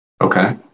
Okay